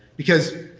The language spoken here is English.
because